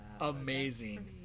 amazing